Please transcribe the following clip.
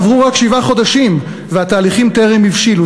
עברו רק שבעה חודשים והתהליכים טרם הבשילו,